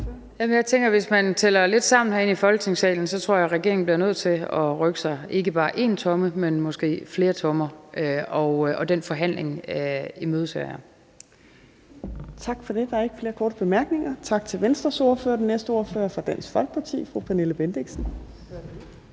Jeg tænker, at hvis man tæller lidt sammen herinde i Folketingssalen, så tror jeg, at regeringen bliver nødt til at rykke sig, ikke bare én tomme, men måske flere tommer, og den forhandling imødeser jeg. Kl. 14:38 Fjerde næstformand (Trine Torp): Tak for det. Der er ikke flere korte bemærkninger. Tak til Venstres ordfører. Den næste ordfører er fra Dansk Folkeparti, fru Pernille Bendixen.